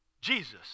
Jesus